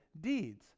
deeds